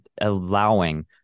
allowing